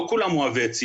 לא כולם אוהבי עצים,